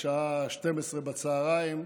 בשעה 12:00,